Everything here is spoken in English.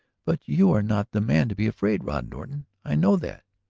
but you are not the man to be afraid, rod norton. i know that.